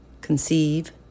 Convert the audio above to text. Conceive